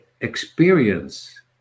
experience